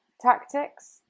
tactics